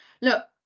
Look